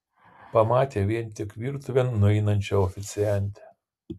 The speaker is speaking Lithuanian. pamatė vien tik virtuvėn nueinančią oficiantę